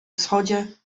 wschodzie